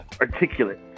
articulate